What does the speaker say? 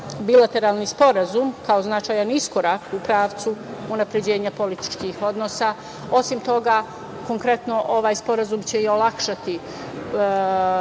bilateralni sporazum, kao značajan iskorak u pravcu unapređenja političkih odnosa. Osim toga, konkretno ovaj sporazum će olakšati